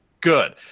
good